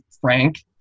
Frank